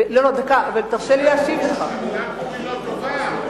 ואמרו שהמלה "כור" היא לא טובה.